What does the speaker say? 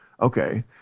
Okay